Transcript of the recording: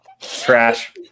Trash